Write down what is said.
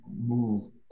move